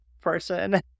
person